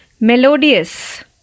Melodious